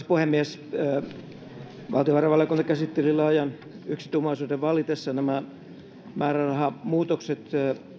puhemies valtiovarainvaliokunta käsitteli laajan yksituumaisuuden vallitessa nämä määrärahamuutokset